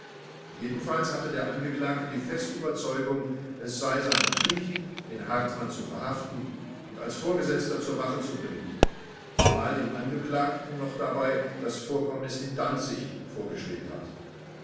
jedenfalls hatte der angeklagte die feste überzeugung es sei seine pflicht den hartmann zu verhaften und als vorgesetzter zur wache zu bringen zumal dem angeklagten noch dabei das vorkommnis in danzig vorgeschwebt hat